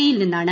E യിൽ നിന്നാണ്